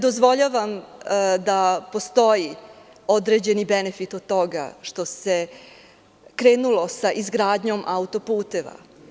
Dozvoljavam da postoji određeni benefit od toga što se krenulo sa izgradnjom autoputeva.